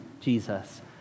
Jesus